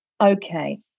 Okay